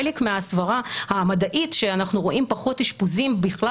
חלק מהסברה המדעית שאנחנו רואים פחות אשפוזים בכלל